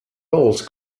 bolt